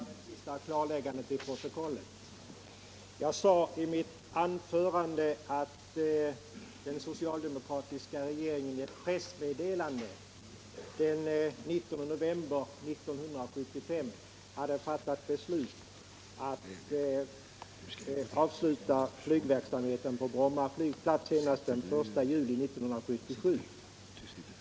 Herr talman! Som ett sista klarläggande till protokollet vill jag anföra följande. Jag sade tidigare att den socialdemokratiska regeringen enligt ett pressmeddelande av den 19 november 1975 hade fattat beslut om att avsluta flygverksamheten på Bromma flygplats senast den 1 juli 1977.